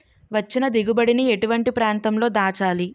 వచ్చిన దిగుబడి ని ఎటువంటి ప్రాంతం లో దాచాలి?